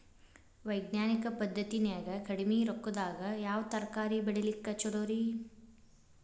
ವೈಜ್ಞಾನಿಕ ಪದ್ಧತಿನ್ಯಾಗ ಕಡಿಮಿ ರೊಕ್ಕದಾಗಾ ಯಾವ ತರಕಾರಿ ಬೆಳಿಲಿಕ್ಕ ಛಲೋರಿ?